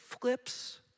flips